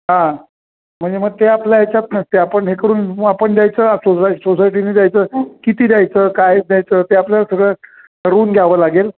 हा म्हणजे मग ते आपल्या याच्यात नसते आपण हे करून आपण द्यायचं सोसाय सोसायटीनी द्यायचं किती द्यायचं काय द्यायचं ते आपल्याला सगळं ठरवून घ्यावं लागेल